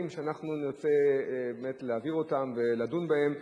שאנחנו נרצה באמת להעביר אותם ולדון בהם.